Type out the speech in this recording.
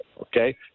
Okay